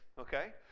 okay